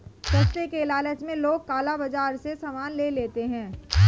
सस्ते के लालच में लोग काला बाजार से सामान ले लेते हैं